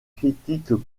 critiques